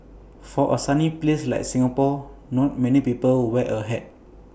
for A sunny place like Singapore not many people wear A hat